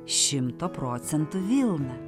šimto procentų vilna